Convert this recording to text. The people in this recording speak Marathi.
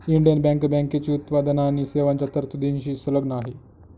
इंडियन बँक बँकेची उत्पादन आणि सेवांच्या तरतुदींशी संलग्न आहे